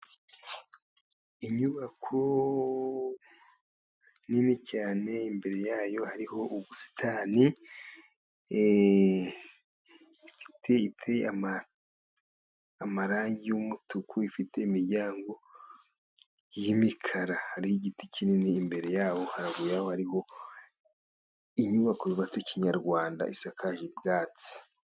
Inyubako nini cyane imbere yayo hariho ubusitani, iteye amarangi y'umutuku, ifite imiryango y'imikara hari igiti kinini imbere yayo, haruguru yaho hari ho inyubako yubatse kinyarwanda isakaje ubwatsi.